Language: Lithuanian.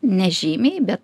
nežymiai be